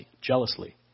jealously